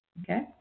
Okay